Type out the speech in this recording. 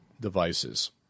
devices